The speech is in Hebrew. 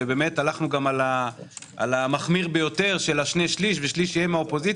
והלכנו גם על המחמיר ביותר של השני-שליש ושליש יהיה עם האופוזיציה,